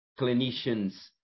clinicians